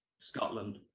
scotland